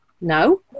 No